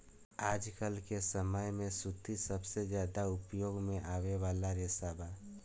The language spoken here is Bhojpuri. आजकल के समय में सूती सबसे ज्यादा उपयोग में आवे वाला रेशा बा